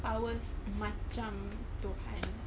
ours macam tuhan